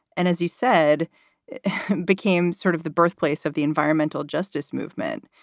and as you said, it became sort of the birthplace of the environmental justice movement.